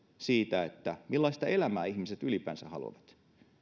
siitä millaista elämää ihmiset ylipäänsä haluavat